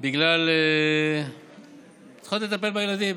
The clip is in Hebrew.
בגלל שהן צריכות לטפל בילדים.